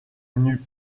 n’eut